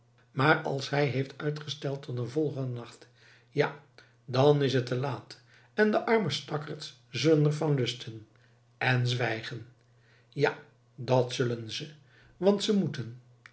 maar als hij heeft uitgesteld tot een volgenden nacht ja dan is het te laat en de arme stakkerds zullen er van lusten en zwijgen ja dat zullen ze want ze moeten